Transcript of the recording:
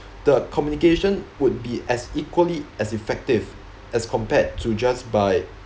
the communication would be as equally as effective as compared to just by